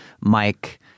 Mike